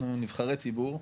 אנחנו נבחרי ציבור,